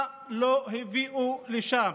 מה לא הביאו לשם,